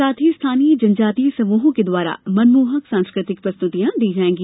साथ ही स्थानीय जनजातीय समूहों के द्वारा मनोरंजक सांस्कृ तिक प्रस्तुतियाँ दी जाएगी